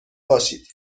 باشید